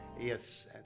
Yes